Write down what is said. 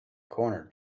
corner